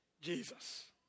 Jesus